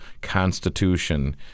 constitution